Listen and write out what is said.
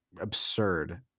absurd